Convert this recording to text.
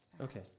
Okay